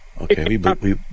Okay